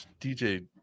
DJ